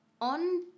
on